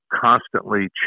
constantly